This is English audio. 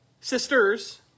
sisters